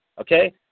okay